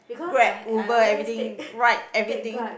Grab Uber everything Ryde everything